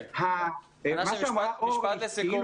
משפט לסיכום